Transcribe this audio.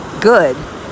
good